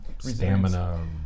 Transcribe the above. Stamina